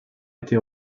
été